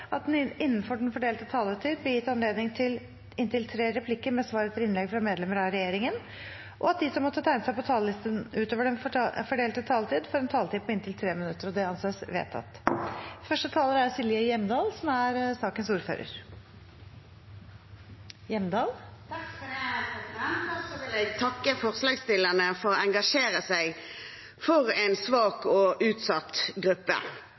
at det – innenfor den fordelte taletid – blir gitt anledning til inntil tre replikker med svar etter innlegg fra medlemmer av regjeringen, og at de som måtte tegne seg på talerlisten utover den fordelte taletid, får en taletid på inntil 3 minutter. – Det anses vedtatt. Først vil jeg takke forslagsstillerne for å engasjere seg for en svak og utsatt gruppe. Jeg vil også takke komiteen for